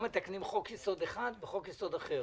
שהיועץ המשפטי של הוועדה יגיד שלא מתקנים חוק יסוד אחד בחוק יסוד אחר.